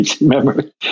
memory